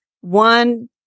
one